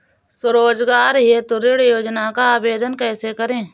स्वरोजगार हेतु ऋण योजना का आवेदन कैसे करें?